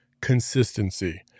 consistency